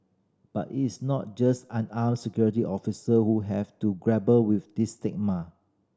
but it is not just unarmed security officer who have to grapple with this stigma